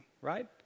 right